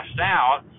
out